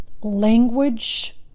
language